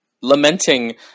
lamenting